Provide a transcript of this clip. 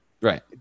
Right